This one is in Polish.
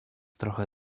trochę